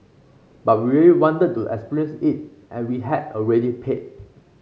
but we really wanted to experience it and we had already paid